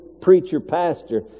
preacher-pastor